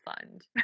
Fund